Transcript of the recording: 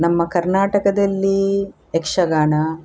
ನಮ್ಮ ಕರ್ನಾಟಕದಲ್ಲಿ ಯಕ್ಷಗಾನ